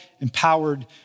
empowered